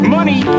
Money